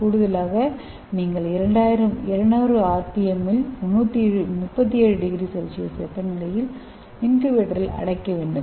கூடுதலாக நீங்கள் 200 ஆர்பிஎம்மில் 37 ° C வெப்பநிலையில் இன்குபேட்டரில் அடைக்க வேண்டும்